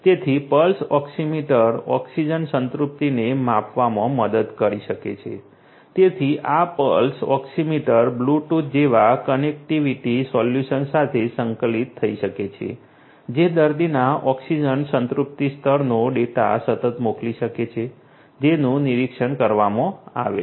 તેથી pulse oximeter oxygen સંતૃપ્તિને માપવામાં મદદ કરી શકે છે તેથી આ પલ્સ ઓક્સિમીટર બ્લૂટૂથ જેવા કનેક્ટિવિટી સોલ્યુશન્સ સાથે સંકલિત થઈ શકે છે જે દર્દીના ઓક્સિજન સંતૃપ્તિ સ્તરનો ડેટા સતત મોકલી શકે છે જેનું નિરીક્ષણ કરવામાં આવે છે